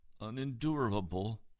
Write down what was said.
unendurable